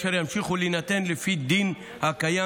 והם ימשיכו להינתן לפי הדין הקיים.